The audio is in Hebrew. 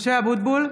משה אבוטבול,